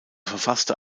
verfasste